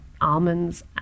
almonds